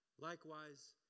Likewise